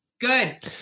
good